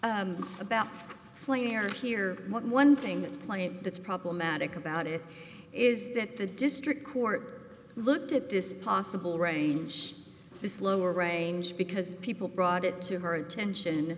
about flair here one thing that's plain that's problematic about it is that the district court looked at this possible range this lower range because people brought it to her attention